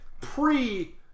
pre